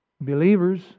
believers